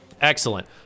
Excellent